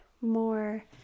more